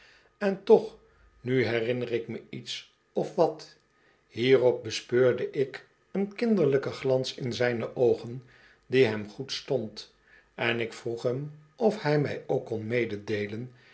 en toch nu herinner ik me iets of wat hierop bespeurde ik een kinderlijken glans in zijne oogen die hem goed stond en ik vroeg hem of hij mij ook kon meedeelen